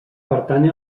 pertany